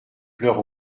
pleure